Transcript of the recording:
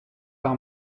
par